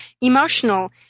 emotional